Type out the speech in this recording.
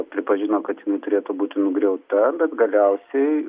pripažino kad jinai turėtų būti nugriauta bet galiausiai